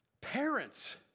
Parents